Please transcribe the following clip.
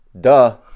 duh